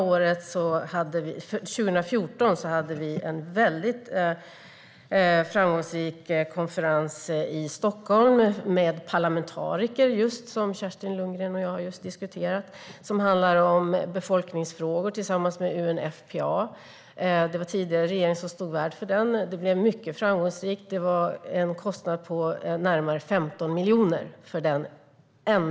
År 2014 hade vi en mycket framgångsrik konferens om befolkningsfrågor tillsammans med UNFPA i Stockholm och med just parlamentariker, vilket Kerstin Lundgren och jag precis har diskuterat. Det var den tidigare regeringen som stod värd för den, och kostnaden för denna enda konferens var närmare 15 miljoner.